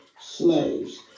slaves